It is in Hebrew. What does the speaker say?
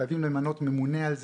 חייבים למנות ממונה על זה,